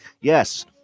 Yes